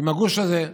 עם הגוש הזה.